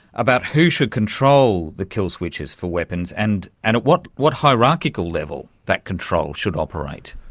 about who should control the kill switches for weapons and and at what what hierarchical level that control should operate.